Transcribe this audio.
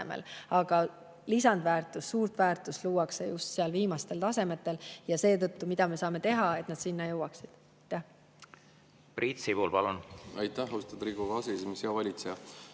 Aga lisandväärtust, suurt väärtust luuakse just seal viimastel tasemetel ja seetõttu [tuleb mõelda], mida me saame teha, et nad sinna jõuaksid.